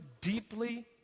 deeply